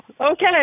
Okay